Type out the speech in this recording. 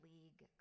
League